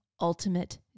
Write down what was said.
Ultimate